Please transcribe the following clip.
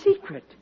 secret